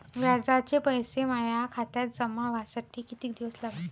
व्याजाचे पैसे माया खात्यात जमा व्हासाठी कितीक दिवस लागन?